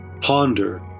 Ponder